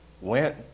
went